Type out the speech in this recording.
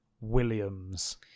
Williams